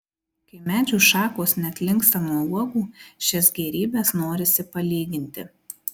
kai medžių šakos net linksta nuo uogų šias gėrybes norisi palyginti